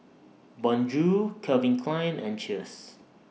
Bonjour Calvin Klein and Cheers